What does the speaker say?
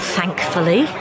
Thankfully